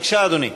בבקשה, אדוני.